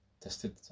tested